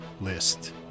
list